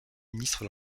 ministre